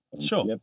Sure